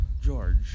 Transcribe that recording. George